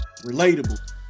relatable